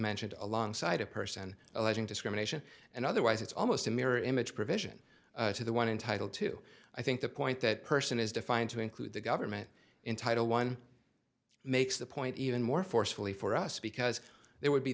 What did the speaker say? mentioned alongside a person alleging discrimination and otherwise it's almost a mirror image provision to the one in title two i think the point that person is defined to include the government in title one makes the point even more forcefully for us because there would be